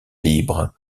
libre